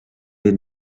did